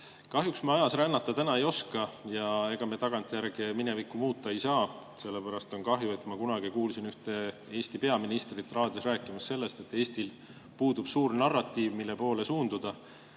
Kahjuks me ajas rännata ei oska ja ega me tagantjärgi minevikku muuta ei saa. Sellest on kahju. Ma kunagi kuulsin ühte Eesti peaministrit raadios rääkimas sellest, et Eestil puudub suur narratiiv, mille poole suunduda.